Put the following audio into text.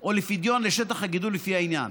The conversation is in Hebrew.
או הפדיון לשטח הגידול, לפי העניין.